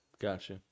Gotcha